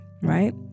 Right